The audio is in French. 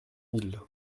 mille